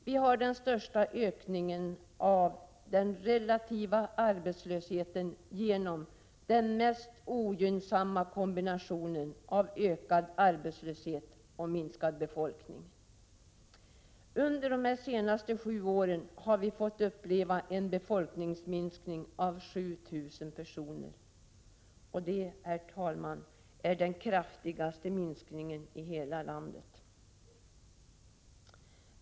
Vi har den största ökningen av den relativa arbetslösheten genom att vi har den mest ogynnsamma kombinationen av ökad arbetslöshet och minskad befolkning. Under de senaste sju åren har vi fått uppleva en befolkningsminskning på 7 000 personer. Det, herr talman, är den kraftigaste minskningen i hela landet.